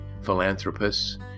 philanthropists